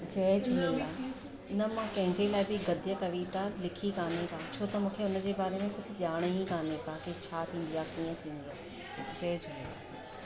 जय झूलेलाल न मां कंहिंजे लाइ बि गद्य कविता लिखी कोन्हे छो त मूंखे उन जे बारे में कुझु ॼाण ई कान्हे का की छा थींदी आहे कीअं थींदी आहे जय झूलेलाल